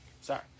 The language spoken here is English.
Sorry